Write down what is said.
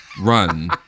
run